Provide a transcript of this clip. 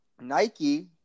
Nike